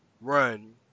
run